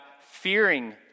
fearing